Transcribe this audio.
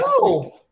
No